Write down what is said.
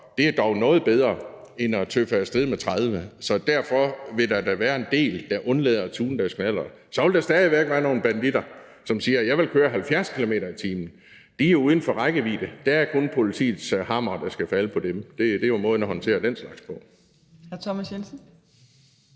er det dog noget bedre end at tøffe af sted med 30 km/t. Derfor vil der da være en del, der undlader at tune deres knallerter. Så vil der stadig væk være nogle banditter, som siger: Jeg vil køre 70 km/t. De er uden for rækkevidde. Der er det politiets hammer, der skal falde på dem. Det er jo måden at håndtere den slags på.